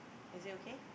is it okay